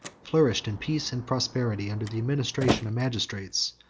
flourished in peace and prosperity, under the administration of magistrates,